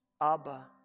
Abba